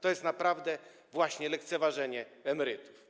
To jest naprawdę właśnie lekceważenie emerytów.